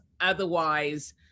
otherwise